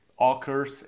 occurs